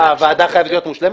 מה, הוועדה חייבת להיות מושלמת?